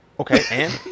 Okay